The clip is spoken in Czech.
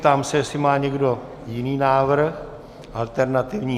Ptám se, jestli má někdo jiný návrh alternativní.